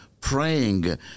praying